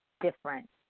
different